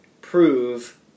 prove